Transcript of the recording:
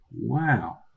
wow